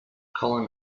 colin